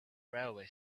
railway